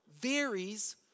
varies